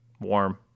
warm